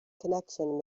connection